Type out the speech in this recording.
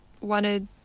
wanted